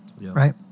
Right